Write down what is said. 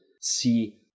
see